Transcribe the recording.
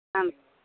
ಹಾಂ